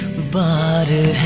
body